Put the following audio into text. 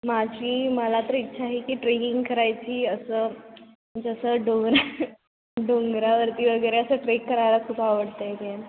माझी मला तर इच्छा आहे की ट्रेकिंग करायची असं जसं डोंगरा डोंगरावरती वगैरे असं ट्रेक करायला खूप आवडत आहे तें